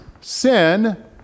sin